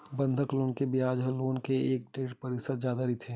बंधक लोन के बियाज ह होम लोन ले एक ले डेढ़ परतिसत जादा रहिथे